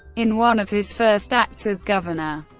in one of his first acts as governor,